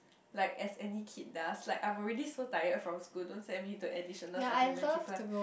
like as any kid does like I'm already so tired from school don't send me to additional supplementary class